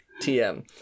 TM